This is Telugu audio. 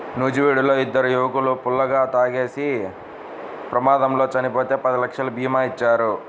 నూజివీడులో ఇద్దరు యువకులు ఫుల్లుగా తాగేసి బైక్ ప్రమాదంలో చనిపోతే పది లక్షల భీమా ఇచ్చారు